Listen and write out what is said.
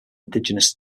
indigenous